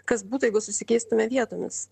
kas būtų jeigu susikeistume vietomis